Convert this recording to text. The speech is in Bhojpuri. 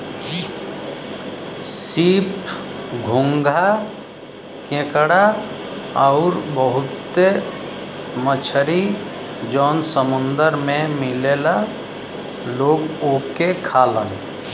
सीप, घोंघा केकड़ा आउर बहुते मछरी जौन समुंदर में मिलला लोग ओके खालन